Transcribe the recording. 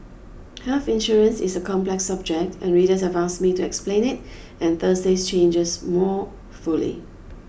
health insurance is a complex subject and readers have asked me to explain it and Thursday's changes more fully